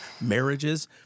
marriages